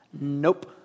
nope